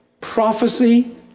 Prophecy